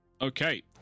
Okay